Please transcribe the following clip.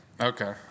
Okay